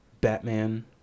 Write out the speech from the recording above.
batman